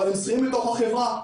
אבל הם שכירים בתוך החברה,